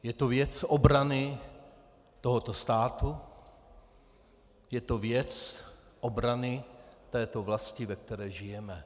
Je to věc obrany tohoto státu, je to věc obrany této vlasti, ve které žijeme.